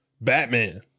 Batman